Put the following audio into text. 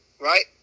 right